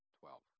twelve